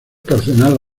cardenal